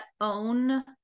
own